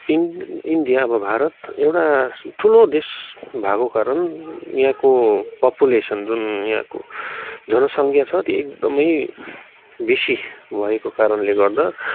in India अब भारत एउटा ठुलो देश भएको कारण यहाँको पपुलेसन जुन यहाँको जनसङ्ख्या छ त्यो एकदमै बेसी भएको कारणले गर्दा